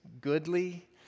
goodly